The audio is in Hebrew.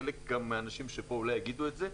חלק מהאנשים פה אולי יגידו את זה,